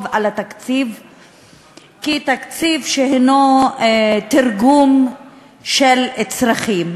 על התקציב כתקציב שהוא תרגום של צרכים,